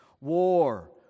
war